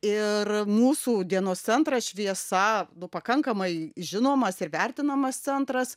ir mūsų dienos centras šviesa nu pakankamai žinomas ir vertinamas centras